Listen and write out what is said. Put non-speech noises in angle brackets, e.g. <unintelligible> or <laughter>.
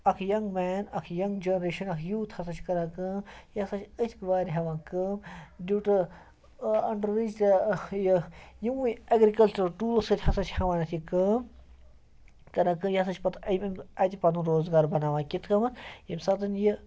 اَکھ young man اَکھ young generation اَکھ یوٗتھ ہَسا چھُ کران کأم یہِ ہَسا چھِ أتھۍ وأرِ ہٮ۪وان کأم ڈیوٗ ٹُہ اَنڈَر وِچ تہِ یہِ یِموٕے ایٚگرِکَلچِرَل ٹوٗل سۭتۍ ہَسا چھِ ہٮ۪وان اَتھ یہِ کأم کران کأ یہِ ہَسا چھِ پَتہٕ اَتہِ پَنُن روزگار بَناوان <unintelligible> ییٚمہِ ساتَن یہِ